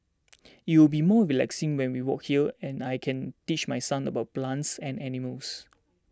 it will be more relaxing when we walk here and I can teach my son about plants and animals